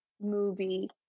movie